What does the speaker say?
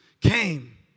came